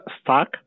stock